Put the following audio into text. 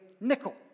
nickel